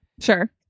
Sure